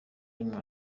rimwe